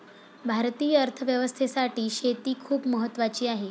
भारतीय अर्थव्यवस्थेसाठी शेती खूप महत्त्वाची आहे